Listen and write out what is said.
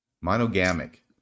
monogamic